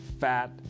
fat